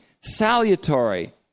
salutary